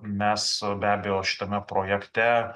mes be abejo šitame projekte